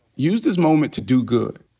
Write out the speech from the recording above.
use this moment to do good.